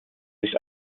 sich